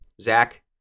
Zach